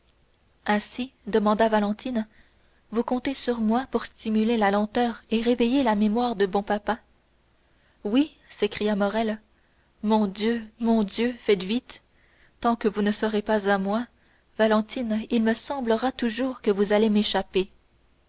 ainsi demanda valentine vous comptez sur moi pour stimuler la lenteur et réveiller la mémoire de bon papa oui s'écria morrel mon dieu mon dieu faites vite tant que vous ne serez pas à moi valentine il me semblera toujours que vous allez m'échapper